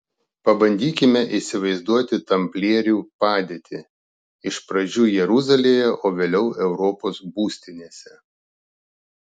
pabandykime įsivaizduoti tamplierių padėtį iš pradžių jeruzalėje o vėliau europos būstinėse